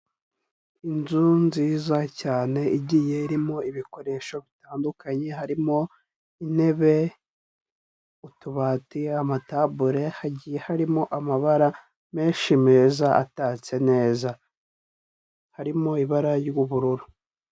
Inzu nziza cyane igiye irimo ibikoresho bitandukanye, harimo intebe, utubati, amatabule, hagiye harimo amabara menshi meza atatse neza, harimo ibara ry'ubururu.